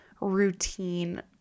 routine